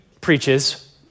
preaches